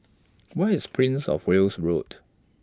Where IS Prince of Wales Road